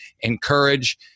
encourage